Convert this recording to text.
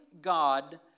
God